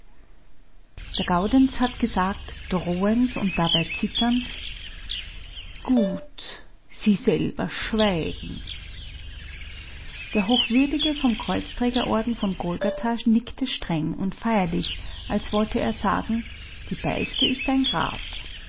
der gaudenz hat gesagt drohend und dabei zitternd gut sie selber schweigen der hochwürdige vom kreuzträgerorden von golgatha nickte streng und feierlich als wollte er sagen die beichte ist ein grab